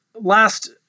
Last